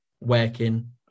working